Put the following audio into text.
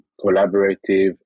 collaborative